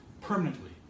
permanently